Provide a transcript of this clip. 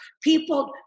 people